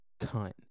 cunt